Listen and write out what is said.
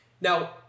Now